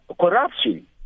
corruption